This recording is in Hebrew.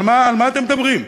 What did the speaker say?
אבל על מה אתם מדברים?